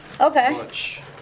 Okay